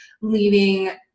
leaving